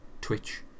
Twitch